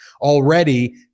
already